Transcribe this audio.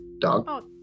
dog